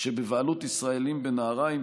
שבבעלות ישראלים בנהריים,